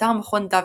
באתר מכון דוידסון,